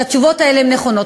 שהתשובות האלה נכונות,